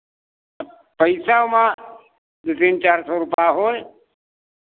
पैसा ओमा दो तीन चार सौ रुपैया होए